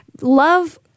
love